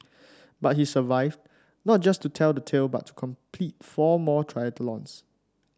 but he survived not just to tell the tale but to complete four more triathlons